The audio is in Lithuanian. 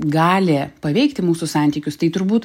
gali paveikti mūsų santykius tai turbūt